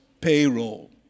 payroll